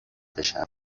بشم